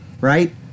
right